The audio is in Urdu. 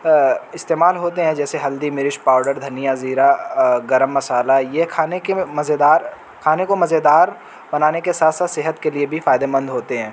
استعمال ہوتے ہیں جیسے ہلدی مرچ پاؤڈر دھنیا زیرہ گرم مسالہ یہ کھانے کے مزے دار کھانے کو مزے دار بنانے کے ساتھ ساتھ صحت کے لیے بھی فائدے مند ہوتے ہیں